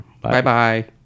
Bye-bye